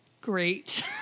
Great